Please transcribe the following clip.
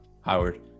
Howard